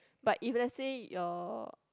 but if let's say your